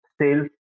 sales